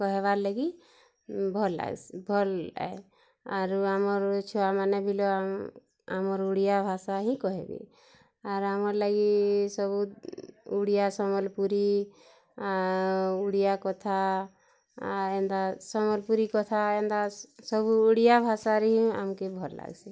କହେବାର୍ ଲାଗି ଭଲ୍ ଲାଗ୍ସି ଭଲ୍ ଏ ଆରୁ ଆମର୍ ଛୁଆମାନେ ବିଲ ଆମର୍ ଓଡ଼ିଆ ଭାଷା ହିଁ କହିବେ ଆର୍ ଆମର୍ ଲାଗି ସବୁ ଓଡ଼ିଆ ସମ୍ବଲ୍ପୁରୀ ଓଡ଼ିଆ କଥା ଏନ୍ତା ସମଲ୍ପୁରୀ କଥା ଏନ୍ତା ସବୁ ଓଡ଼ିଆଭାଷାରେ ଆମ୍ କେ ଭଲ୍ ଲାଗ୍ସି